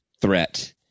threat